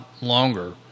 longer